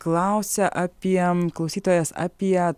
klausia apie klausytojas apie